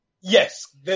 Yes